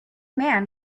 man